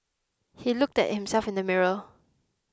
he looked at himself in the mirror